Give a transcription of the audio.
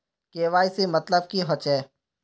KYC मतलब की होचए?